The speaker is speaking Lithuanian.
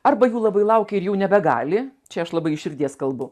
arba jų labai laukia ir jau nebegali čia aš labai iš širdies kalbu